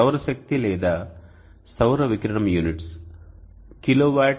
సౌర శక్తి లేదా సౌర వికిరణం యూనిట్స్ kWhm2day